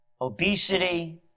obesity